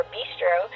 Bistro